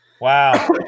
Wow